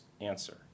answer